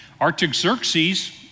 Artaxerxes